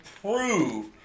prove